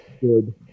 Good